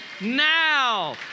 now